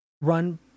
run